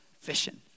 fishing